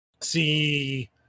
see